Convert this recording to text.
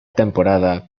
temporada